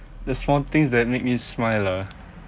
the small things that make me smile ah